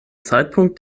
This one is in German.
zeitpunkt